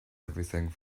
everything